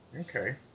Okay